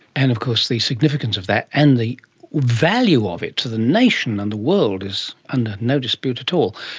and of course the significance of that and the value of it to the nation and the world is under no dispute at all.